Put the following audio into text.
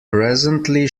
presently